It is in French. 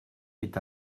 est